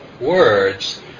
words